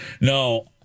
No